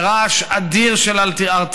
בתוך רעש אדיר של ארטילריה.